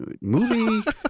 movie